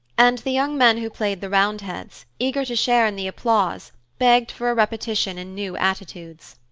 and the young men who played the roundheads, eager to share in the applause begged for a repetition in new attitudes.